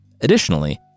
Additionally